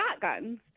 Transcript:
shotguns